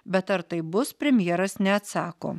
bet ar taip bus premjeras neatsako